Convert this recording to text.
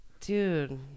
dude